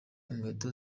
inkweto